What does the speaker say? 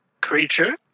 Creature